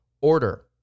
order